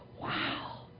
Wow